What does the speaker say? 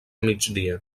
migdia